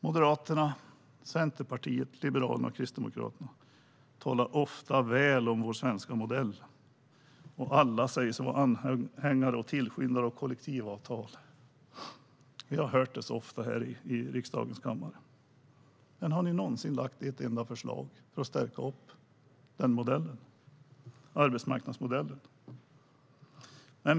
Moderaterna, Centerpartiet, Liberalerna och Kristdemokraterna talar ofta väl om vår svenska modell. Alla säger sig vara anhängare och tillskyndare av kollektivavtal. Vi har hört det så ofta i riksdagens kammare. Men har ni någonsin lagt fram ett enda förslag för att stärka arbetsmarknadsmodellen?